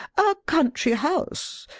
a country house!